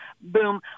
Boom